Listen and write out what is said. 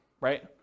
right